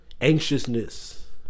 anxiousness